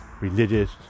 religious